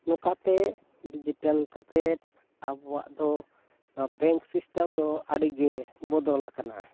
ᱱᱚᱝᱠᱟ ᱛᱮ ᱰᱤᱡᱤᱴᱮᱞ ᱠᱟᱛᱮᱫ ᱟᱵᱚᱣᱟᱜ ᱫᱚ ᱱᱚᱣᱟ ᱵᱮᱝᱠ ᱥᱤᱥᱴᱮᱢ ᱫᱚ ᱟᱹᱰᱤ ᱜᱮ ᱵᱚᱫᱚᱞ ᱟᱠᱟᱱᱟ